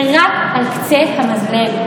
זה רק על קצה המזלג.)